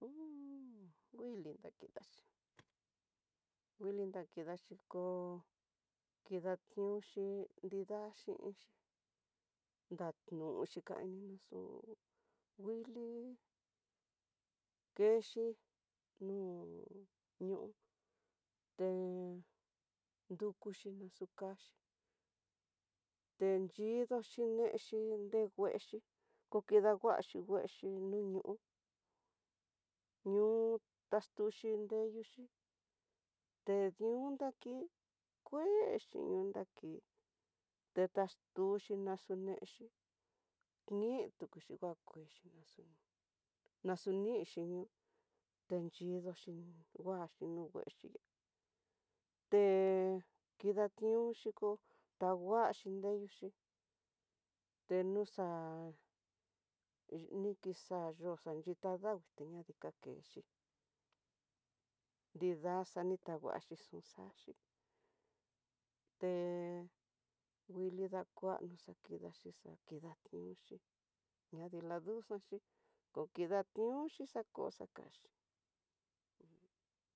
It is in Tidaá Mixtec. Hu nguili nakidaxhi, nguili nankidaxhi kó kidakiunxi nida xhinxi, dadnuxi kanina xu'u nguili kexhi no ño te nrukuxhi na xukaxi, tenxhidoxi nexhi nrenguaxi ko kidanguaxhi veexhi nuñu, ñu taxtuxhi nreyuxhi tedion ndaki kuexhi inka kii, tratuxhi naxhonexi nid tukuxhi nguakuexhi naxun naxnixhi ñoo txtidoxhi no nguaxhi nunguexi té kidatión kó tangua nreyuxi tenuxa nikixa yoxadau ñadika kexhi nridaxi xanotanguaxi xuxachi té nguili ndakuanro xakidaxi xa'a kida tión xi ñani la duxaxi no kidationxhi xaku xakuaxhi ujun.